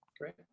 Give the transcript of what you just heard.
Great